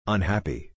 Unhappy